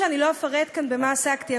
אני לא אפרט כאן במה עסקתי,